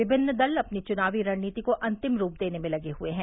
विभिन्न दल अपनी चुनावी रणनीति को अंतिम रूप देने में लगे हैं